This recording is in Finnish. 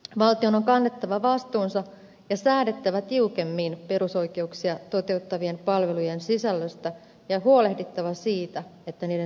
valtion on kannettava vastuunsa ja säädettävä tiukemmin perusoikeuksia toteuttavien palvelujen sisällöstä ja huolehdittava siitä että niiden toteutumista valvotaan